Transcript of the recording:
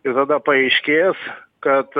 ir tada paaiškės kad